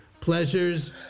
Pleasures